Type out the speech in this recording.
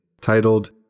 titled